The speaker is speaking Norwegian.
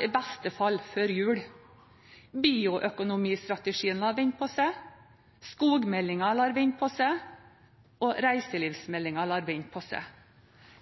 i beste fall før jul. Bioøkonomistrategien lar vente på seg, skogmeldingen lar vente på seg, og reiselivsmeldingen lar vente på seg.